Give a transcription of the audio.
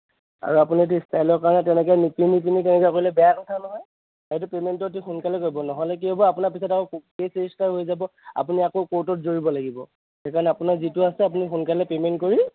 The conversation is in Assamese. আৰু আপুনি যদি ষ্টাইলৰ কাৰণে তেনেকৈ নিপিন্ধি নিপিন্ধি পিনি তেনেকৈ কৰিলে বেয়া কথা নহয় পে'মেণ্টো অতি সোনকালে কৰিব নহ'লে কি হ'ব আপোনাৰ পিছত আকৌ কেচ ৰেজিষ্টাৰ হৈ যাব আপুনি আকৌ ৰ্কোটত দৌৰিব লাগিব সেইকাৰণে আপোনাৰ যিটো আছে আপুনি সোনকালে পে'মেণ্ট কৰি